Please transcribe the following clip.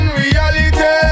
reality